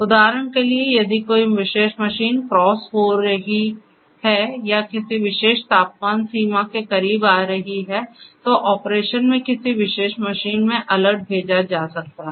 उदाहरण के लिए यदि कोई विशेष मशीन क्रॉस हो रही है या किसी विशेष तापमान सीमा के करीब आ रही है तो ऑपरेशन में किसी विशेष मशीन में अलर्ट भेजा जा सकता है